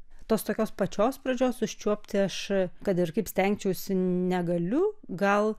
tos tokios pačios pradžios užčiuopti aš kad ir kaip stengčiausi negaliu gal